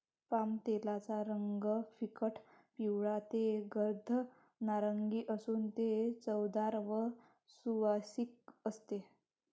पामतेलाचा रंग फिकट पिवळा ते गर्द नारिंगी असून ते चवदार व सुवासिक असते